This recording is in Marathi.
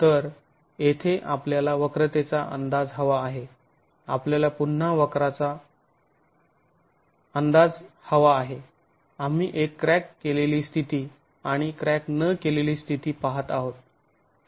तर येथे आपल्याला वक्रतेचा अंदाज हवा आहे आपल्याला पुन्हा वक्राचा याचा अंदाज हवा आहे आम्ही एक क्रॅक केलेली स्थिती आणि क्रॅक न केलेली स्थिती पाहत आहोत